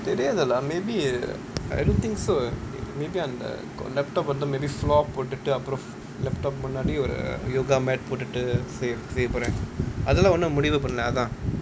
தெரியாது:theriyaathu lah maybe I don't think so maybe on the laptop on the maybe floor போட்டுட்டு அப்புறம்:pottutu appuram laptop முன்னாடி:munnaadi yoga mat போட்டுட்டு செய்யபோறேன் அதெல்லாம் ஒன்னும் முடிவு பண்ணல:pottutu seiyaporaen athellaam onnum mudivu pannala